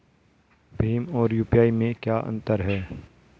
भीम और यू.पी.आई में क्या अंतर है?